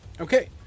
Okay